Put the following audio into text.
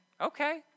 Okay